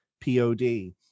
p-o-d